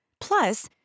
Plus